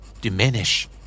Diminish